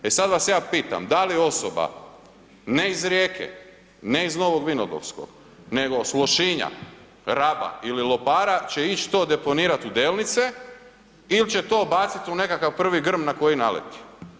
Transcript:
E sada ja vas pitam, da li osoba ne iz Rijeke, ne iz Novog Vinodolskog nego s Lošinja, Raba ili Lopara će ić to deponirat u Delnice ili će to baciti u nekakav prvi grm na koji naleti?